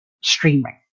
streaming